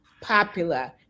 popular